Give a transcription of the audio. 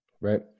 Right